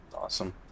Awesome